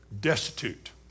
destitute